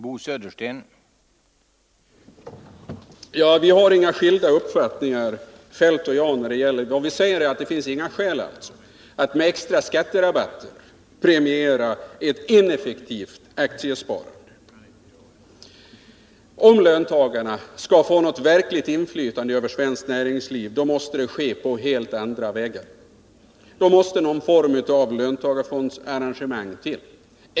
Herr talman! Kjell-Olof Feldt och jag har inga skilda uppfattningar. Vad vi säger är att det inte finns några skäl att med extra skatterabatter premiera ett ineffektivt aktiesparande. Om löntagarna skall få något verkligt inflytande över svenskt näringsliv måste det ske på helt andra vägar. Då måste någon form av löntagarfondsarrangemang till.